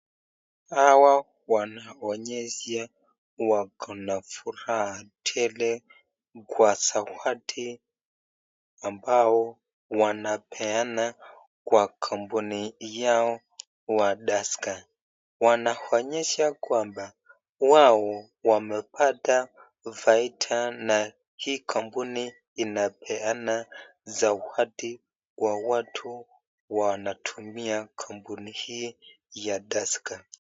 Hawa. Wanaonyesha wakona furaha tele Kwa sawadi wanapeana Kwa kampuni Yao wa taska wanaonyesha kwmba wao amepata faida Kwa hii kampuni inapeana sawadi Kwa watu wanatumia kampuni hii.